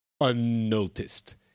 unnoticed